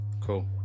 Cool